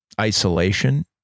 isolation